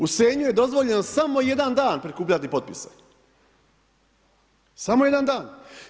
U Senju je dozvoljeno samo jedan dan prikupljati potpise, samo jedan dan.